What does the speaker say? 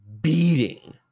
beating